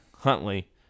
Huntley